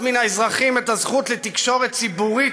מן האזרחים את הזכות לתקשורת ציבורית,